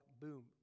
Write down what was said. boom